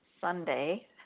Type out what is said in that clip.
Sunday